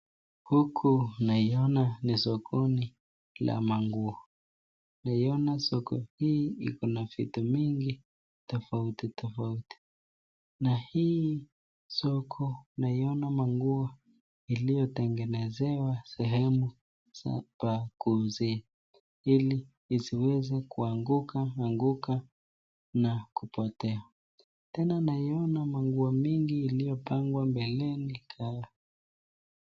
Huku naiona ni sokoni la manguo. Naiona soko hii ina vitu tofauti tofauti na hii soko naiona manguo iliyotengenezewa sehemu za pa kuuzia ili isiweze kuanguka anguka na kupotea. Tena naiona manguo mingi iliyopangwa mbeleni tayari.